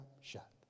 shut